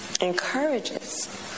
encourages